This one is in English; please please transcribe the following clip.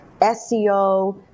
SEO